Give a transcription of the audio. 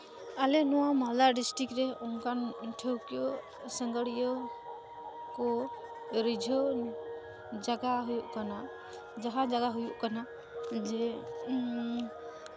ᱟᱞᱮ ᱱᱚᱣᱟ ᱢᱟᱞᱫᱟ ᱰᱤᱥᱴᱤᱠ ᱨᱮ ᱚᱱᱠᱟᱱ ᱴᱷᱟᱶᱠᱟᱹ ᱥᱟᱸᱜᱟᱲᱤᱭᱟᱹ ᱠᱚ ᱨᱤᱡᱷᱟᱹᱣ ᱡᱟᱭᱜᱟ ᱦᱩᱭᱩᱜ ᱠᱟᱱᱟ ᱡᱟᱦᱟᱸ ᱡᱟᱭᱜᱟ ᱦᱩᱭᱩᱜ ᱠᱟᱱᱟ ᱡᱮ